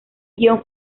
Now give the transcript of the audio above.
guion